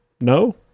No